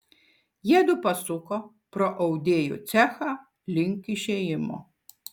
jiedu pasuko pro audėjų cechą link išėjimo